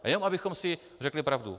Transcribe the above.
Jenom abychom si řekli pravdu.